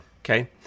okay